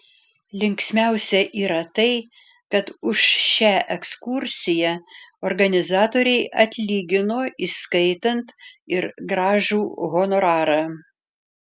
linksmiausia yra tai kad už šią ekskursiją organizatoriai atlygino įskaitant ir gražų honorarą